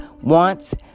wants